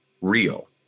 real